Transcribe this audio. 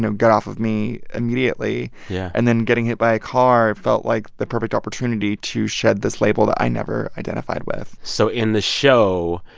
get off of me immediately yeah and then getting hit by a car felt like the perfect opportunity to shed this label that i never identified with so in the show,